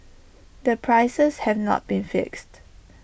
the prices had not been fixed